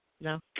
no